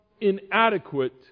inadequate